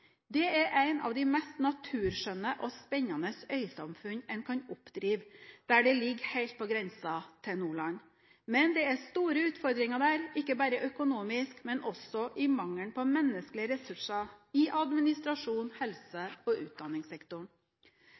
Det er et av de mest naturskjønne og spennende øysamfunn man kan oppdrive, der det ligger helt på grensen til Nordland. Men det er store utfordringer der – ikke bare økonomisk, men også i mangel på menneskelige ressurser i administrasjon og i helse- og utdanningssektoren.